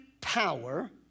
power